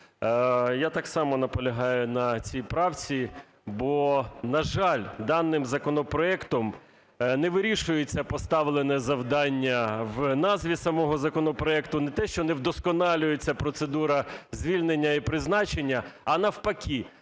я так само наполягаю на цій правці, бо, на жаль, даним законопроектом не вирішується поставлене завдання в назві самого законопроекту. Не те, що не вдосконалюється процедура звільнення і призначення, а навпаки,